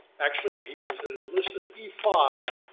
actually he was an enlisted e five.